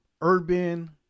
urban